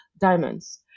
diamonds